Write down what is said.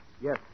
Yes